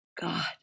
God